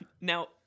Now